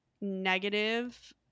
negative